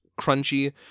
crunchy